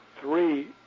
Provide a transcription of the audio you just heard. three